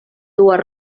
dues